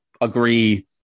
agree